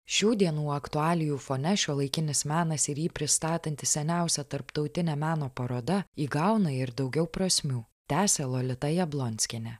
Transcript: šių dienų aktualijų fone šiuolaikinis menas ir jį pristatanti seniausia tarptautinė meno paroda įgauna ir daugiau prasmių tęsia lolita jablonskienė